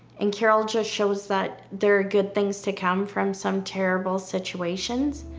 and carol just shows that there are good things to come from some terrible situations.